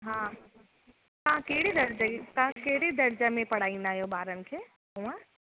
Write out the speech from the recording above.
हा तव्हां कहिड़ी दर्जाई तव्हां कहिड़े दर्जे में पढ़ाईंदा आहियो ॿारनि खे हूअं